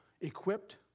equipped